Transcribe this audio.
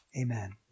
Amen